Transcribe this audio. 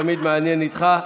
תמיד מעניין איתך.